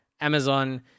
Amazon